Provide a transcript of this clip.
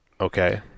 Okay